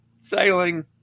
sailing